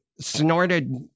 snorted